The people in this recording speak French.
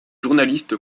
journaliste